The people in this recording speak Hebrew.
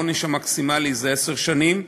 העונש המקסימלי הוא עשר שנים.